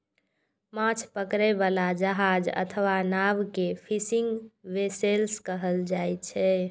माछ पकड़ै बला जहाज अथवा नाव कें फिशिंग वैसेल्स कहल जाइ छै